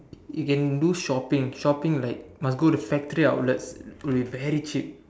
you can do shopping shopping like must go the factory outlets would be very cheap